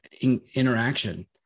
interaction